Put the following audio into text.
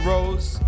Rose